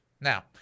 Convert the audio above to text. Now